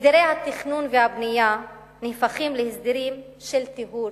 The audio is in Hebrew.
הסדרי התכנון והבנייה נהפכים להסדרים של טיהור,